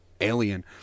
alien